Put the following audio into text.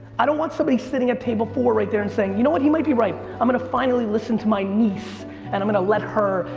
i don't want somebody sitting at table four right there and saying, you know what, he might be right, i'm gonna finally listen to my niece and i'm gonna let her,